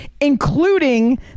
Including